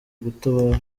gutabara